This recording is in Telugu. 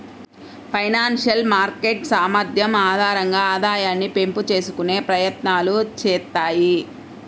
ఫైనాన్షియల్ మార్కెట్ సామర్థ్యం ఆధారంగా ఆదాయాన్ని పెంపు చేసుకునే ప్రయత్నాలు చేత్తాయి